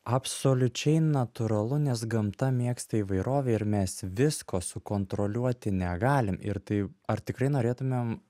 absoliučiai natūralu nes gamta mėgsta įvairovę ir mes visko sukontroliuoti negalim ir tai ar tikrai norėtumėm